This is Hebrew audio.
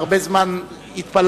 והרבה זמן התפללנו,